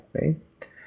right